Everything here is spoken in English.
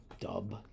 dub